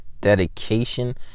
dedication